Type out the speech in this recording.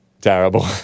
Terrible